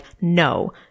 no